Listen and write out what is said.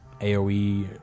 AoE